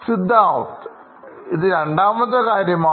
Siddharth ഇത് രണ്ടാമത്തെ കാര്യമാണ്